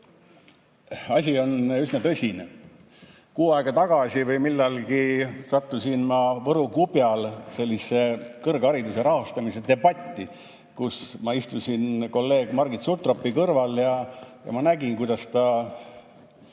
asi on üsna tõsine. Kuu aega tagasi või millalgi sattusin ma Võru Kubjal sellisele kõrghariduse rahastamise debatile, kus ma istusin kolleeg Margit Sutropi kõrval, ja ma nägin, kuidas ta